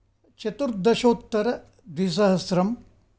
चतुर्दशोत्तरद्विसहस्रम्